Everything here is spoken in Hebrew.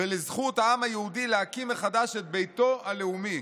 ולזכות העם היהודי להקים מחדש את ביתו הלאומי.